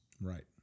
Right